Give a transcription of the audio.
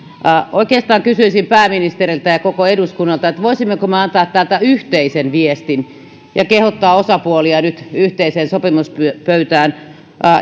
oikeastaan kysyisin pääministeriltä ja koko eduskunnalta voisimmeko me antaa täältä yhteisen viestin ja kehottaa osapuolia nyt yhteiseen sopimuspöytään